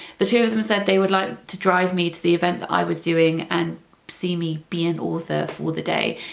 the two of them said they would like to drive me to the event that i was doing and see me being author for the day.